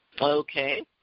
okay